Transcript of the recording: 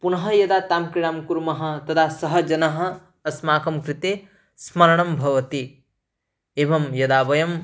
पुनः यदा तां क्रीडां कुर्मः तदा सः जनः अस्माकं कृते स्मरणं भवति एवं यदा वयम्